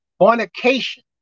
Fornication